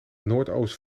noordoosten